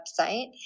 website